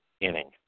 inning